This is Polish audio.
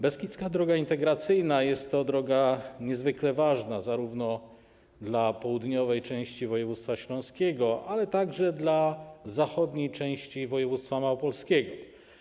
Beskidzka Droga Integracyjna jest niezwykle ważna zarówno dla południowej części województwa śląskiego, jak i dla zachodniej części województwa małopolskiego.